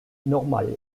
normal